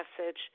message